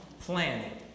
planning